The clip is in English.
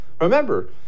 Remember